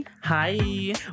hi